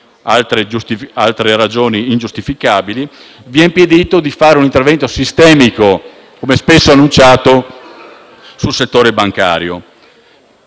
altre ragioni ingiustificabili - vi ha impedito di fare un intervento sistemico, come spesso annunciato, sul settore bancario.